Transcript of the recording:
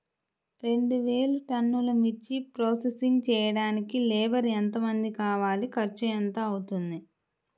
రెండు వేలు టన్నుల మిర్చి ప్రోసెసింగ్ చేయడానికి లేబర్ ఎంతమంది కావాలి, ఖర్చు ఎంత అవుతుంది?